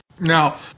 Now